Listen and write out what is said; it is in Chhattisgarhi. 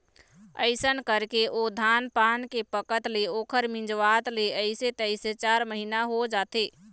अइसन करके ओ धान पान के पकत ले ओखर मिंजवात ले अइसे तइसे चार महिना हो जाथे